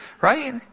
Right